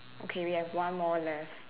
okay we have one more left